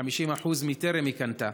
ש-50% מטרם היא קנתה,